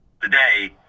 today